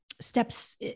steps